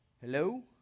Hello